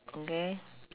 okay